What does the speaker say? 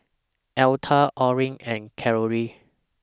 Electa Orrin and Carolee